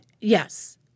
Yes